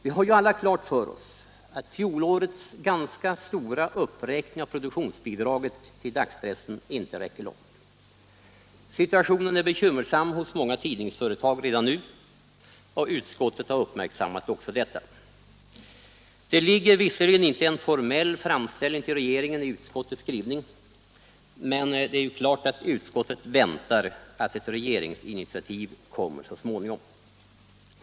Vi har ju alla klart för oss att fjolårets ganska stora uppräkning av produktionsbidraget till dagspressen inte räcker långt. Situationen är redan nu bekymmersam för många tidningsföretag och utskottet har uppmärksammat även detta. Det ligger visserligen inte en formell framställning till regeringen i utskottets skrivning, men utskottet väntar naturligtvis att ett regeringsinitiativ så småningom kommer att tas.